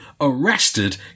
arrested